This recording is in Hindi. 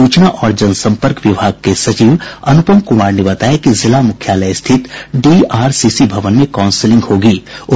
सूचना और जनसंपर्क विभाग के सचिव अनुपम कुमार ने बताया कि जिला मुख्यालय स्थित डीआरसीसी भवन में काउंसलिंग की व्यवस्था की गयी है